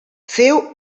féu